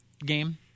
game